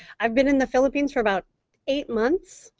i've been in the philippines for about eight months.